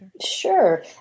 Sure